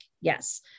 Yes